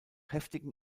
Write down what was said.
heftigen